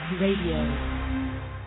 Radio